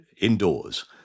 indoors